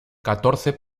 catorce